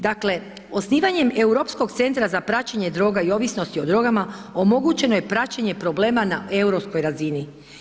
Dakle, osnivanjem Europskog centra za praćenje droga i ovisnosti o drogama omogućeno je praćenje problema na Europskoj razini.